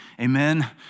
Amen